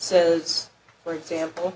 says for example